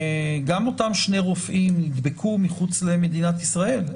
גם אותם שני רופאים נדבקו מחוץ למדינת ישראל,